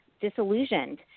disillusioned